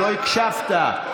לא הקשבת.